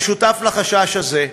אני שותף לחשש הזה,